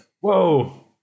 Whoa